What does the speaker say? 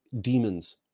demons